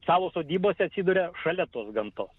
savo sodybose atsiduria šalia tos gamtos